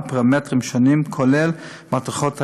גבוהה לפרמטרים שונים, כולל מתכות הרשת,